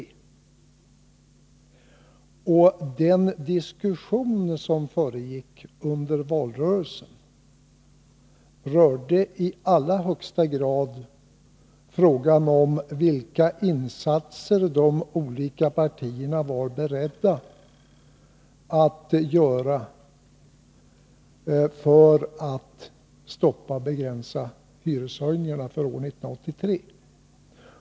Och diskussionen under valrörelsen gällde allra högsta grad vilka insatser de olika partierna var beredda att göra för att begränsa hyreshöjningarna för 1983.